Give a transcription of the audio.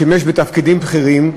שימש בתפקידים בכירים,